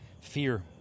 fear